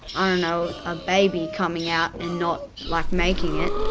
i don't know, a baby coming out and not like making it,